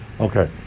Okay